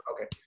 okay